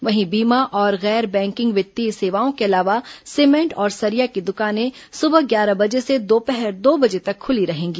वहीं बीमा और गैर बैंकिंग वित्तीय सेवाओं के अलावा सीमेंट और सरिया की दुकानें सुबह ग्यारह बजे से दोपहर दो बजे तक खुली रहेंगी